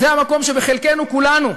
זה המקום שבחלקנו, כולנו,